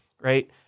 Right